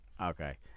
okay